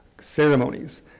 ceremonies